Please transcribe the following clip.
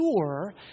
sure